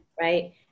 right